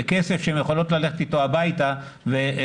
בכסף שהן יכולות ללכת איתו הביתה ולהגיד